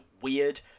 weird